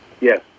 Yes